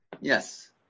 Yes